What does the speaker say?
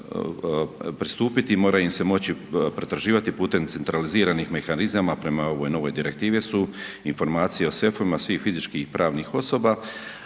pristupiti i mora ih se moći pretraživati putem centraliziranih mehanizma prema ovoj novoj direktivi su informacije o sefovima svih fizičkih i pravnih osoba,